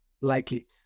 Likely